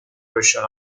version